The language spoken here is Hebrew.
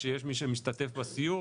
שיש מי שמשתתף בסיור.